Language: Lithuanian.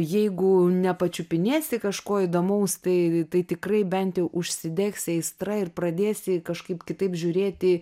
jeigu nepačiupinėsi kažko įdomaus tai tai tikrai bent jau užsidegs aistra ir pradėsi kažkaip kitaip žiūrėti